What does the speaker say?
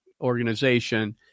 organization